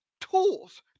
tools